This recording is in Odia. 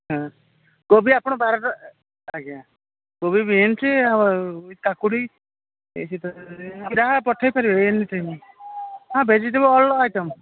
ହଁ କୋବି ଆପଣ ବାରଟ ଆଜ୍ଞା କୋବି ବିନ୍ସ ଆଉ କାକୁଡ଼ି ଏ ତ ଯାହା ପଠେଇ ପାରିବେ ଏମିତି ହଁ ଭେଜିଟେବୁଲ ଅଲ୍ ଆଇଟମ୍